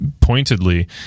pointedly